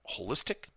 holistic